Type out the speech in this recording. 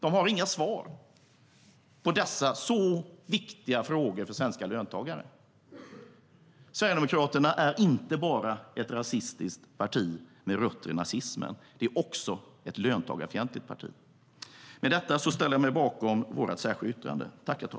De har inga svar på dessa så viktiga frågor för svenska löntagare. Med detta ställer jag mig bakom vårt särskilda yttrande.